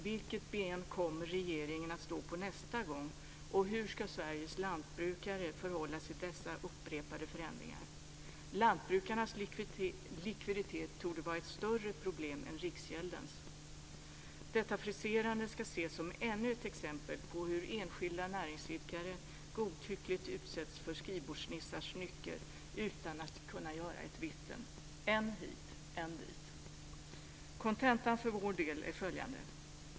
Vilket ben kommer regeringen att stå på nästa gång, och hur ska Sveriges lantbrukare förhålla sig till dessa upprepade förändringar? Lantbrukarnas likviditet torde vara ett större problem än riksgäldens. Detta friserande ska ses som ännu ett exempel på hur enskilda näringsidkare godtyckligt utsätts för skrivbordsnissars nycker utan att kunna göra ett vitten - än hit, än dit. Kontentan för vår del är följande.